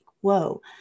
Whoa